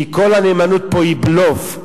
כי כל הנאמנות פה היא בלוף.